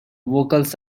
vocals